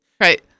right